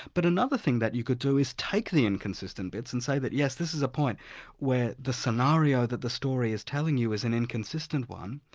but another thing that you could do is take the inconsistent bits and say that yes, this is a point where the scenario that the story is telling you is an inconsistent one.